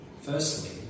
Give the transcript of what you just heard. Firstly